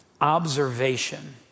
observation